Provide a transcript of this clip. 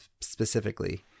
specifically